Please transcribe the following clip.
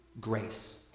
Grace